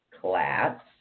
class